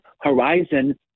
horizon